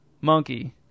Monkey